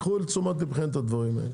קחו לתשומת לבכם את הדברים האלה,